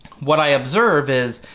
what i observe is,